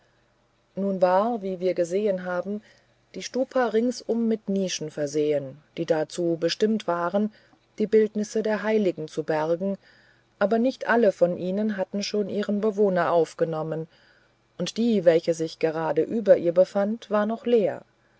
nun war wie wir gesehen haben die stupa ringsum mit nischen versehen die dazu bestimmt waren bildnisse der heiligen zu beherbergen aber nicht alle von ihnen hatten schon ihren bewohner aufgenommen und die welche sich gerade über ihr befand war noch leer